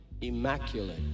immaculate